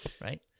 right